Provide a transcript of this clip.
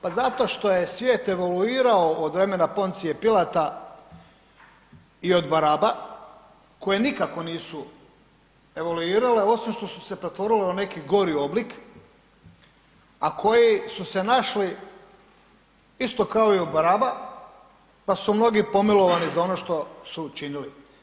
Pa zato što je svijet evoluirao od vremena Poncija Pilata i od Baraba, koje nikako nisu evoluirale, osim što su se pretvorile u neki gori oblik, a koji su se našli, isto kao i Baraba, pa su mnogi pomilovani za ono što su učinili.